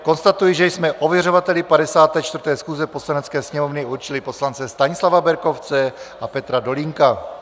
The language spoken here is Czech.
Konstatuji, že jsme ověřovateli 54. schůze Poslanecké sněmovny určili poslance Stanislava Berkovce a Petra Dolínka.